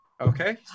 Okay